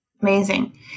Amazing